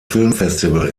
filmfestival